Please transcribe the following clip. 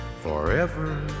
forever